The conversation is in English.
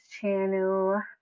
channel